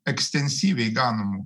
ekstensyviai ganomų